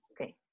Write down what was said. Okay